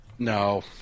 No